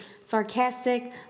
sarcastic